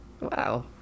Wow